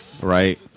Right